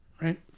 right